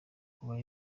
kuba